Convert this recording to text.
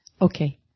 Okay